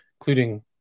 including